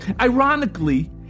Ironically